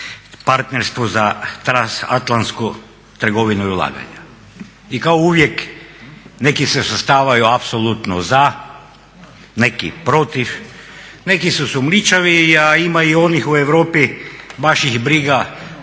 partnerstvu za transatlantsku trgovinu i ulaganja. I kao uvijek neki se svrstavaju apsolutno za, neki protiv, neki su sumnjičavi, a ima i onih u Europi baš ih briga, tih baš